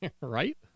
Right